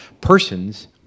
Persons